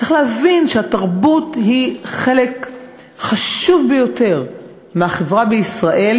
צריך להבין שהתרבות היא חלק חשוב ביותר מהחברה בישראל,